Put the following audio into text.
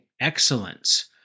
excellence